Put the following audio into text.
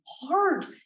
hard